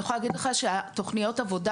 אני יכולה להגיד לך שתוכניות העבודה